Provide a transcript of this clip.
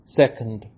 second